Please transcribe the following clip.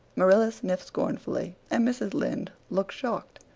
marilla sniffed scornfully and mrs. lynde looked shocked.